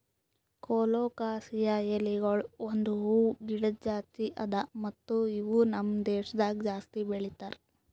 colocasia ಎಲಿಗೊಳ್ ಒಂದ್ ಹೂವು ಗಿಡದ್ ಜಾತಿ ಅದಾ ಮತ್ತ ಇವು ನಮ್ ದೇಶದಾಗ್ ಜಾಸ್ತಿ ಬೆಳೀತಾರ್